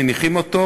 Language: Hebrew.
מניחים אותו.